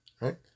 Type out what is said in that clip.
Right